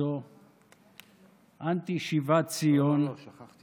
אנחנו עוברים לדיון משולב נוסף.